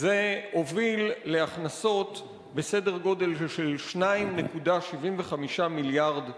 זה הוביל להכנסות בסדר-גודל של 2.75 מיליארד ש"ח,